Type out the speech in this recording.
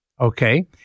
Okay